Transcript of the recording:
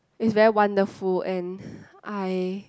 it's very wonderful and I